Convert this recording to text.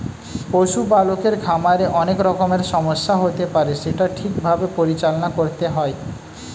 পশু পালকের খামারে অনেক রকমের সমস্যা হতে পারে সেটা ঠিক ভাবে পরিচালনা করতে হয়